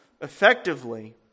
effectively